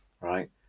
right